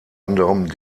anderem